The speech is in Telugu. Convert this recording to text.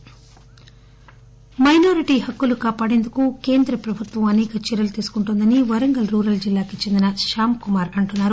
మైనారిటీ మైనారిటీ హక్కులు కాపాడేందుకు కేంద్ర ప్రభుత్వం అసేక చర్యలు తీసుకుంటోందని వరంగల్ రూరల్ జిల్లాకు చెందిన శామ్ కుమార్ అంటున్నారు